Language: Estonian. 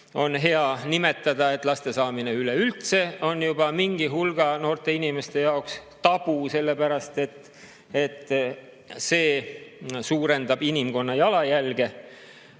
hea nimetada, et laste saamine üleüldse on mingi hulga noorte inimeste jaoks tabu, sellepärast et see suurendab inimkonna jalajälge. Kui